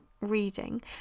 reading